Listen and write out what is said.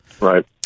Right